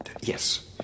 Yes